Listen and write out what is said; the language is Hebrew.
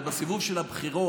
עוד בסיבוב של הבחירות,